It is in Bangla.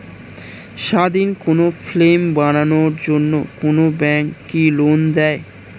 স্বাধীন কোনো ফিল্ম বানানোর জন্য ব্যাঙ্ক কি লোন দেয়?